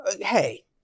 hey